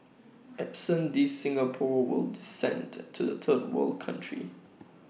absent these Singapore will descend to A third world country